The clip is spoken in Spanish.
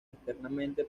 externamente